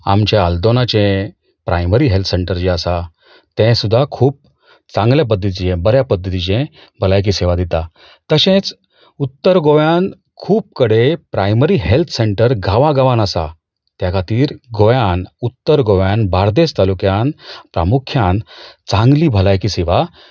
आमच्या आल्दोनाचें primary health centre जें आसा तें सुद्दा खूब चांगल्या पद्दतीचें बऱ्या पद्दतीचें भलायकी सेवा दिता तशेंच उत्तर गोंयान खूब कडे प्रायमरी हॅल्थ सँटर गांवा गांवान आसा त्या खातीर गोंयान उत्तर गोंयान बार्देस तालुक्यान प्रामुख्यान चांगली भलायकी सेवा